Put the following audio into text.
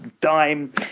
dime